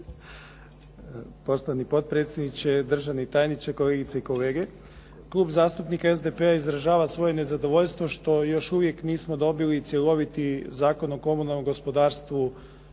Poštovani potpredsjedniče, državni tajniče, kolegice i kolege. Klub zastupnika SDP-a izražava svoje nezadovoljstvo što još uvijek nismo dobili cjeloviti Zakon o komunalnom gospodarstvu